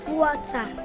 water